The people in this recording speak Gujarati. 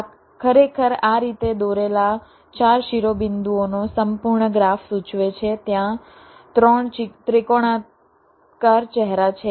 આ ખરેખર આ રીતે દોરેલા 4 શિરોબિંદુઓનો સંપૂર્ણ ગ્રાફ સૂચવે છે ત્યાં 3 ત્રિકોણાકાર ચહેરા છે